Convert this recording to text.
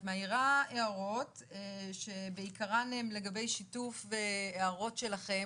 את מעירה הערות שבעיקרן הן לגבי שיתוף הערות שלכם,